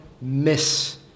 miss